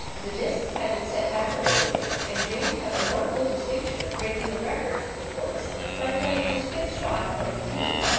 the discs had been set back a little way, and james had the mournful distinction of breaking a record for the course by playing his fifth shot from the tee.